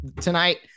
tonight